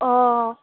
অ